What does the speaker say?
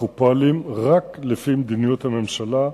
אנחנו פועלים רק לפי מדיניות הממשלה,